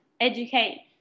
educate